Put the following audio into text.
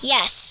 Yes